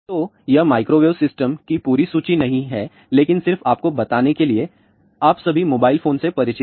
तो यह microwave system की पूरी सूची नहीं है लेकिन सिर्फ आपको बताने के लिए आप सभी मोबाइल फोन से परिचित हैं